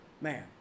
man